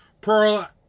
Pearl